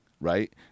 right